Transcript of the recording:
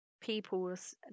people's